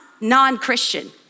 non-Christian